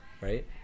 right